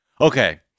okay